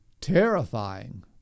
terrifying